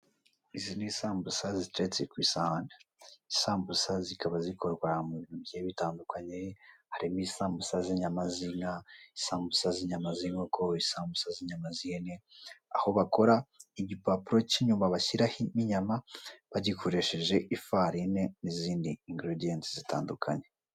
Izi ni isambusa ziteretse ku isahani, isambusa zikaba zikorwa mu bintu bigiye bitandukanye harimo isambusa z'inyama z'inka, isambusa z'inyama z'inkoko, isambusa z'inyama z'ihene, aho bakora igipapuro cy'inyuma bashyiraho n'inyama bagikoresheje ifarine n'izindi ingredients zitandukanye.